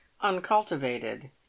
uncultivated